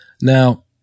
Now